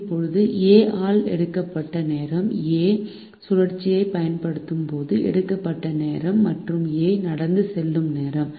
இப்போது A ஆல் எடுக்கப்பட்ட நேரம் A சுழற்சியைப் பயன்படுத்தும் போது எடுக்கப்பட்ட நேரம் மற்றும் A நடந்து செல்லும் நேரம்